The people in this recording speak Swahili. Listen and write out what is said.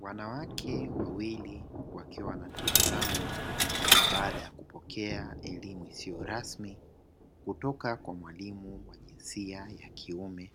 Wanawake wawili wakiwa wanatabasamu baada ya kupokea elimu isiyo rasmi kutoka kwa mwalimu wa jinsia ya kiume,